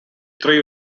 three